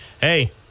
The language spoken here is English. hey